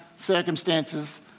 circumstances